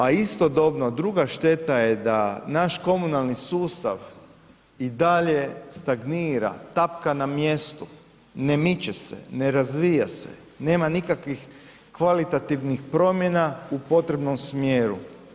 A istodobno druga šteta je da naš komunalni sustav i dalje stagnira, tapka na mjestu, ne miče se, ne razvija se, nema nikakvih kvalitativnih promjena u potrebnom smjeru.